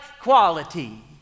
quality